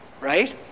right